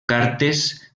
cartes